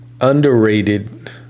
underrated